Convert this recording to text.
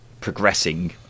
progressing